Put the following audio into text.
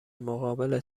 مقابل